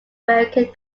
american